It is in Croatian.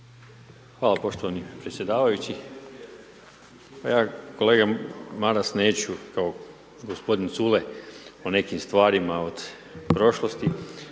Hvala poštovani predsjedavajući, pa ja kolega Maras kao gospodin Culej o nekim stvarima od prošlosti,